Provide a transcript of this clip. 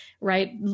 right